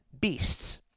beasts